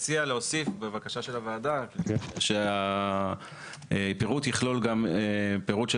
להוסיף בבקשה של הוועדה שהפירוט יכלול גם פירוט של